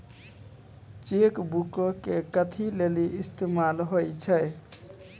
Cheque बुको के कथि लेली इस्तेमाल होय छै?